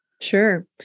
Sure